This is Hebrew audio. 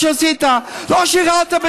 לא מספיק שעשית זיופים בתארים שלך, לא שירת בצבא.